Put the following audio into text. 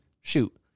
shoot